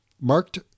marked